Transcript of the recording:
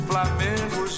Flamengo